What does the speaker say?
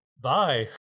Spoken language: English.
Bye